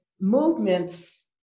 movements